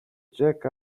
check